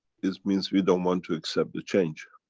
it means we don't want to accept the change.